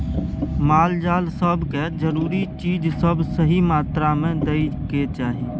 माल जाल सब के जरूरी चीज सब सही मात्रा में दइ के चाही